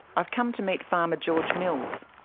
i've come to meet farmer george mills.